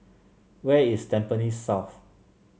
where is Tampines South